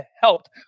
helped